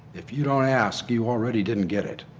if you don't ask, you already didn't get it.